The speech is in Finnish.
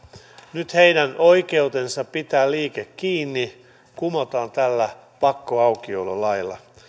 nyt heidän oikeutensa pitää liike kiinni kumotaan tällä pakkoaukiololailla